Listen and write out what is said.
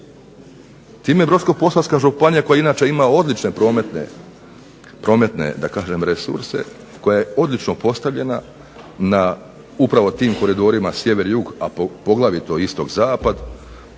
Time Brodsko-posavska županija koja inače ima odlične prometne resurse, koja je odlično postavljena na upravo tim koridorima sjever-jug, a poglavito istok-zapad